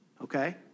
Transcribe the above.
Okay